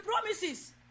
promises